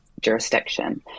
jurisdiction